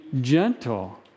gentle